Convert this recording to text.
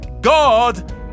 God